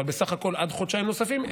אבל בסך הכול עד חודשיים נוספים,